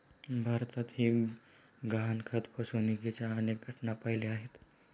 भारतातही गहाणखत फसवणुकीच्या अनेक घटना पाहिल्या आहेत